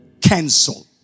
cancel